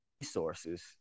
resources